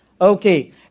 Okay